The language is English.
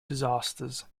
disasters